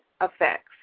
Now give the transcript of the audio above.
effects